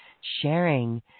sharing